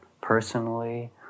personally